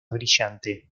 brillante